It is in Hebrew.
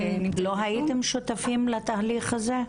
אתם לא הייתם שותפים לתהליך הזה?